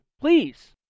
Please